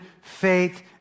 faith